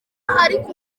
ariko